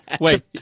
Wait